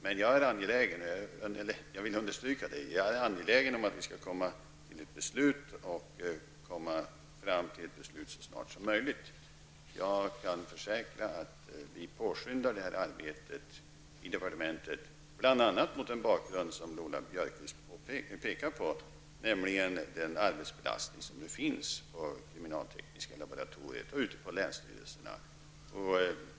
Men jag vill understryka att jag är angelägen att vi skall komma fram till ett beslut så snart som möjligt. Jag kan försäkra att vi påskyndar arbetet i departementet bl.a. mot bakgrund av det som Lola Björkquist påtalat, nämligen den arbetsbelastning som existerar på kriminaltekniska laboratoriet och på länsstyrelserna.